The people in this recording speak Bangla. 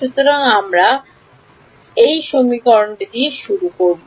সুতরাং আমরা দিয়ে শুরু করব